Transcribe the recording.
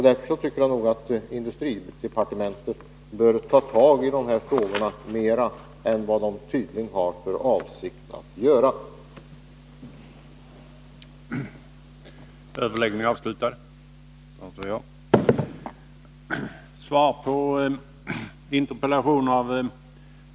Jag tycker därför att industridepartementet bör ta tag i dessa frågor mera än vad det tydligen har för avsikt att göra.